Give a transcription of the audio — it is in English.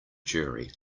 jury